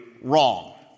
wrong